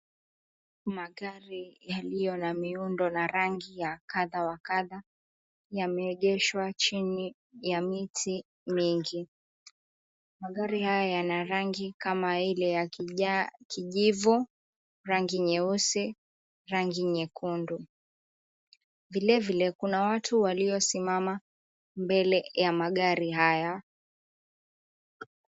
Magari yaliyo na miundo na rangi ya kadha wa kadha yameegeshwa chini ya miti mingi. Magari haya yana rangi kama ile ya kijivu, rangi nyeusi, rangi nyekundu. Vilevile kuna watu waliosimama mbele ya magari haya.